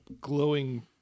glowing